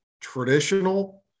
traditional